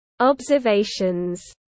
Observations